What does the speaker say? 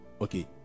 okay